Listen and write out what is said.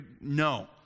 no